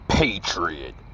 Patriot